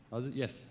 Yes